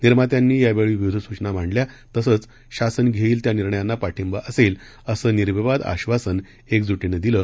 निर्मात्यांनी यावेळी विविध सूचना मांडल्या तसंच शासन घेईल त्या निर्णयांना पाठिंबा असेल असे निर्विवाद आश्वासन एकजुटीनं दिलं